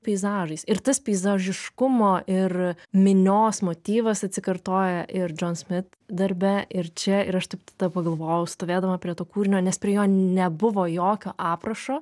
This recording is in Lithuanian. peizažais ir tas peizažiškumo ir minios motyvas atsikartoja ir džon smit darbe ir čia ir aš taip tada pagalvojau stovėdama prie to kūrinio nes prie jo nebuvo jokio aprašo